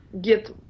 get